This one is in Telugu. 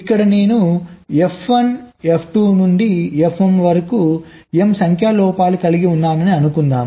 ఇక్కడ నేను F1 F2 నుండి Fm వరకు m సంఖ్య లోపాలు కలిగి ఉన్నానని అనుకుందాం